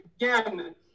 again